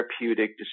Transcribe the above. therapeutic